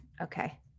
Okay